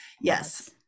Yes